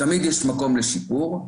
תמיד יש מקום לשיפור,